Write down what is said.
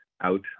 out